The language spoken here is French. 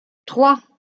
trois